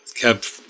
kept